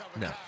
No